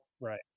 right